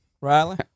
Riley